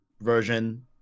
version